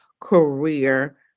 career